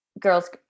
girls